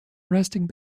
resting